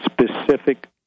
specific